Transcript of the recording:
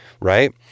right